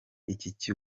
iki